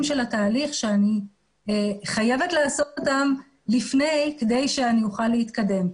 של התהליך שאני חייבת לעשות אותם לפני כדי שאני אוכל להתקדם.